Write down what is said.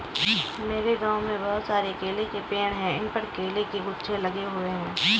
मेरे गांव में बहुत सारे केले के पेड़ हैं इन पर केले के गुच्छे लगे हुए हैं